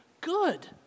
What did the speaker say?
good